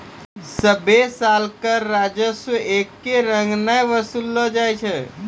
सभ्भे साल कर राजस्व एक्के रंग नै वसूललो जाय छै